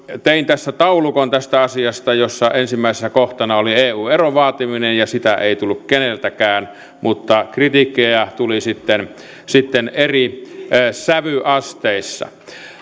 tein tässä taulukon tästä asiasta jossa ensimmäisenä kohtana oli eu eron vaatiminen ja sitä ei tullut keneltäkään mutta kritiikkiä tuli sitten sitten eri sävyasteissa